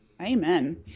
amen